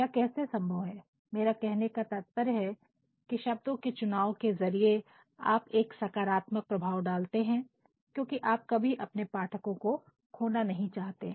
यह कैसे संभव है मेरा कहने का तात्पर्य है कि शब्दों के चुनाव के जरिए आप एक सकारात्मक प्रभाव डालते हैं क्योंकि आप कभी अपने पाठकों को खोना नहीं चाहते हैं